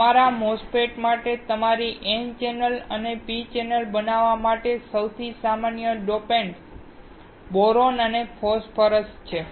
તમારા MOSFETs માટે તમારી N ચેનલ અને P ચેનલ બનાવવા માટે સૌથી સામાન્ય ડોપન્ટ્સ બોરોન અને ફોસ્ફરસ છે